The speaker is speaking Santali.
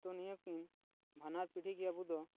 ᱛᱚ ᱱᱤᱭᱟᱹ ᱠᱤᱱ ᱵᱟᱱᱟᱨ ᱯᱤᱲᱦᱤ ᱜᱮ ᱟᱵᱚ ᱫᱚ